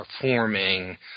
performing